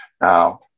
Now